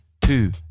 two